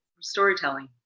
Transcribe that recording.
storytelling